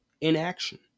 inaction